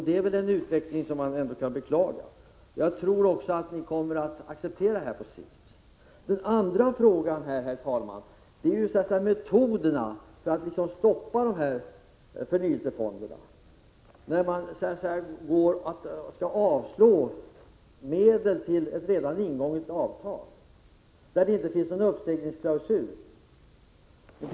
Det är en utveckling som jag beklagar, men jag tror att ni kommer att acceptera detta på sikt. Den andra frågan, herr talman, gäller metoderna för att stoppa förnyelsefonderna. En metod är att vägra anslå medel som skall utgå enligt ett redan ingånget avtal, där det inte finns någon uppsägningsklausul.